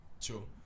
True